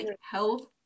health